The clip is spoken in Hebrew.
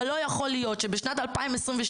אבל לא יכול להיות שבשנת 2022,